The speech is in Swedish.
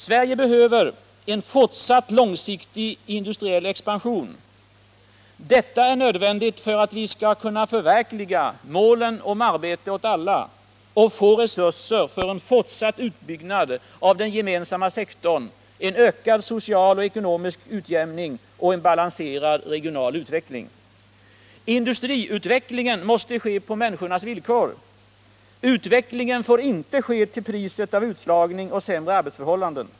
Sverige behöver en fortsatt långsiktig industriell expansion. Detta är nödvändigt för att vi skall kunna förverkliga målet arbete åt alla och få resurser för en fortsatt utbyggnad av den gemensamma sektorn, en ökad social och ekonomisk utjämning och en balanserad regional utveckling. Industriutvecklingen måste ske på människornas villkor. Utvecklingen får inte ske till priset av utslagning och sämre arbetsförhållanden.